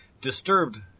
Disturbed